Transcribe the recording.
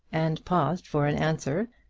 and paused for an answer,